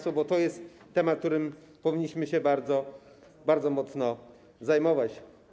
To jest temat, którym powinniśmy się bardzo, bardzo mocno zajmować.